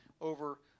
over